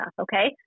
okay